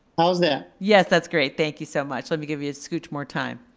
how's that? yes, that's great. thank you so much. let me give you a scooch more time.